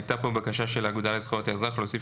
הייתה כאן בקשה של האגודה לזכויות האזרח להוסיף